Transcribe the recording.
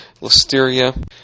Listeria